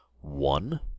One